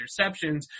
interceptions